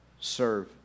serve